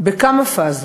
בכמה פאזות.